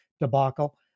debacle